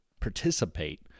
participate